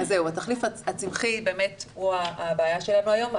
התחליף הצמחי באמת הוא הבעיה שלנו היום,